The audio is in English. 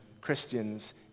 Christians